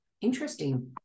Interesting